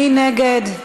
מי נגד?